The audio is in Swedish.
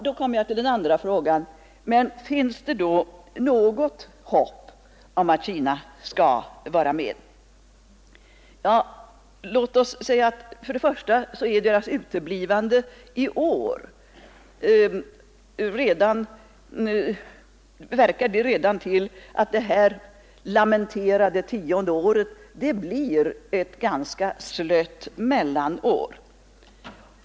Då kommer jag till den andra frågan: Finns det något hopp om att Kina skall bli med? Låt oss säga att Kinas uteblivande i år redan medverkar till att det lamenterade tionde året blir ett ganska slött mellanår.